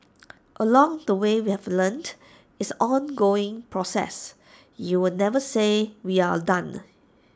along the way we have learnt it's an ongoing process you will never say we're done